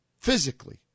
Physically